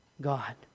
God